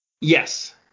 Yes